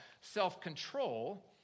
Self-control